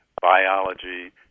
biology